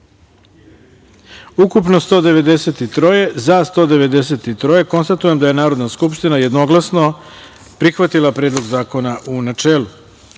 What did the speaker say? ukupno – 193, za – 193.Konstatujem da je Narodna skupština jednoglasno prihvatila Predlog zakona u